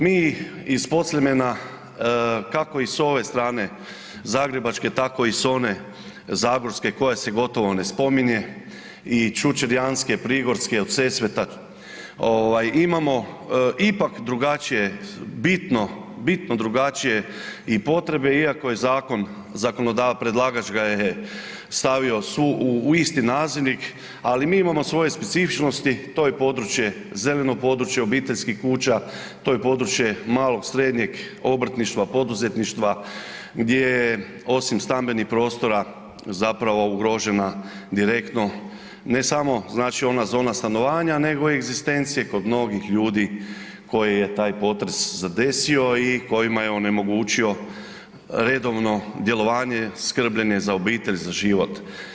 Mi iz podsljemena kako i s ove strane zagrebačke tako i s one zagorske koja se gotovo ne spominje i ćućerjanske, prigorske od Sesveta imamo ipak drugačije, bitno drugačije i potrebe iako ga je predlagač stavio u isti nazivnik, ali mi imamo svoje specifičnosti, to je područje zeleno područje obiteljskih kuća, to je područje malog, srednjeg obrtništva poduzetništva gdje je osim stambenih prostora zapravo ugrožena direktno, ne samo ona zona stanovanja nego i egzistencije kod mnogih ljudi koji je taj potres zadesio i kojima je onemogućio redovno djelovanje, skrbljenje za obitelj, za život.